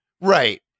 Right